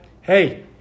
hey